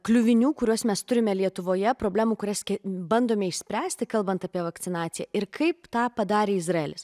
kliuvinių kuriuos mes turime lietuvoje problemų kurias bandome išspręsti kalbant apie vakcinaciją ir kaip tą padarė izraelis